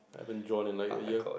have been drawn in line a year